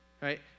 right